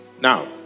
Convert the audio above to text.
Now